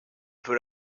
peut